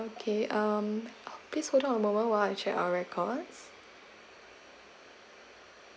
okay um please hold on a moment while I check our records